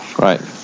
Right